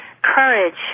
Courage